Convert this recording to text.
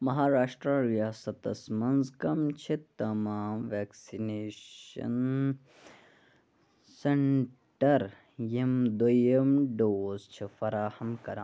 مہاراشٹرٛا ریاستَس منٛز کَم چھِ تمام وٮ۪کسِنیشَن سٮ۪نٛٹَر یِم دوٚیِم ڈوز چھِ فراہَم کران